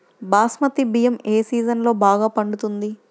బాస్మతి బియ్యం ఏ సీజన్లో బాగా పండుతుంది?